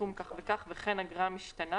בסכום כך וכך, וכן אגרה משתנה.